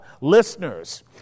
listeners